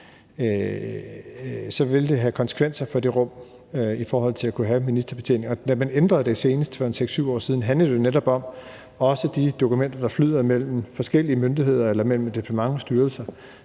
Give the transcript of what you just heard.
vil det have konsekvenser for det rum i forhold til at kunne have en ministerbetjening. Og da man ændrede det senest for 6-7 år siden, handlede det jo netop om de dokumenter, der flyder imellem forskellige myndigheder eller imellem et departement og dets styrelser.